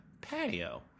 Patio